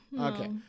Okay